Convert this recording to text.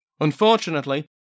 Unfortunately